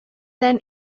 than